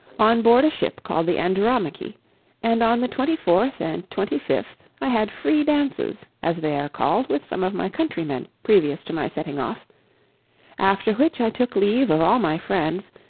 on board a ship called the andromache and on the twenty fourth and twenty fifth i had free dances, as they are called, with some of my countrymen, previous to my setting off after which i took leave of all my friends,